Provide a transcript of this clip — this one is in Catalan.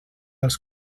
als